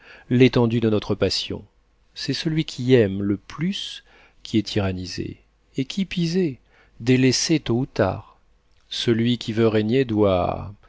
l'étendue de notre passion c'est celui qui aime le plus qui est tyrannisé et qui pis est délaissé tôt ou tard celui qui veut régner doit